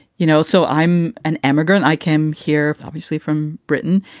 you know, so i'm an immigrant. i came here obviously from britain.